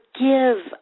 forgive